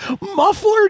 Muffler